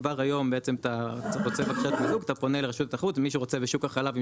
כבר היום בעצם אתה רוצה אתה פונה לרשות התחרות ומי שרוצה בשוק החלב עם